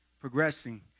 progressing